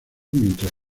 mientras